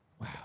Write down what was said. Wow